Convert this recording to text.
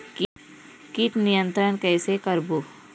कीट नियंत्रण कइसे करबो?